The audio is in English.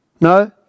No